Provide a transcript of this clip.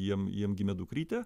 jiem jiem gimė dukrytė